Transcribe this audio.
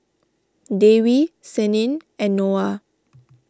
Dewi Senin and Noah